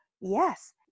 yes